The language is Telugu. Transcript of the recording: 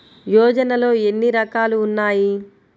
యోజనలో ఏన్ని రకాలు ఉన్నాయి?